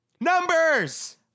numbers